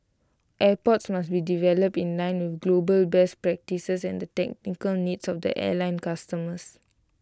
airports must be developed in line with global best practices and the technical needs of their airline customers